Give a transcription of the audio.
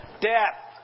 death